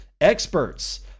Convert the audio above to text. Experts